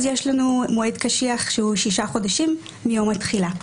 יש לנו מועד קשיח שהוא 6 חודשים מיום התחילה.